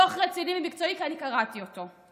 זה דוח מקצועי ורציני, אני קראתי אותו.